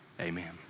Amen